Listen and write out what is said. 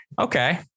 Okay